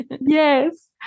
Yes